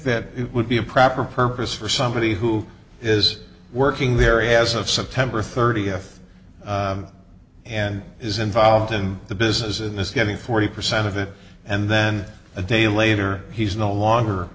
it would be a proper purpose for somebody who is working there as of september thirtieth and is involved in the business in this getting forty percent of it and then a day later he's no